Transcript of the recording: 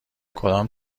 کدام